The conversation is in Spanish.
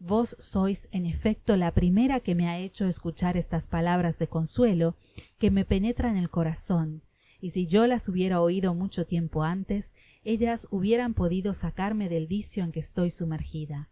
vos sois en efectouprimera que m ha hecho escuchar eátas palabras de consuelo que me penetran el corazon y si yo las hubiera oido mucho tiem jio antes ellas hubieran podido sacarme del vicio en que estoy sumergida